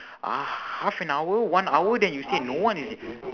uh half an hour one hour then you say no one is in